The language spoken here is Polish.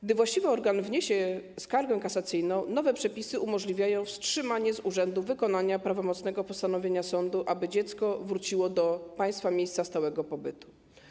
Gdy właściwy organ wniesie skargę kasacyjną, nowe przepisy umożliwiają wstrzymanie z urzędu wykonania prawomocnego postanowienia sądu, aby dziecko wróciło do państwa miejsca stałego pobytu.